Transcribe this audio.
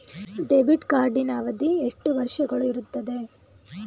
Debit ಕಾರ್ಡಿನ ಅವಧಿ ಎಷ್ಟು ವರ್ಷಗಳು ಇರುತ್ತದೆ?